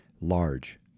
large